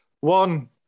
one